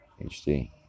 HD